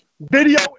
video